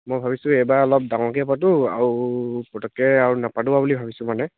মই ভাবিছোঁ এইবাৰ অলপ ডাঙৰকেই পাতো আৰু পটককৈ আৰু নাপাতো আৰু বুলি ভাবিছোঁ মানে